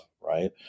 right